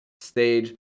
stage